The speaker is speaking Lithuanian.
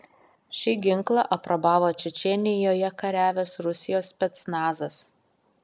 šį ginklą aprobavo čečėnijoje kariavęs rusijos specnazas